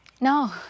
no